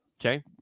Okay